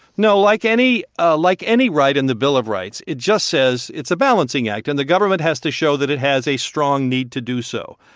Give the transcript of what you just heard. no. like any ah like any right in the bill of rights, it just says it's a balancing act. and the government has to show that it has a strong need to do so.